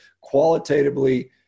qualitatively